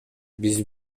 биз